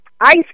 Ice